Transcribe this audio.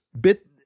bit